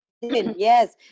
yes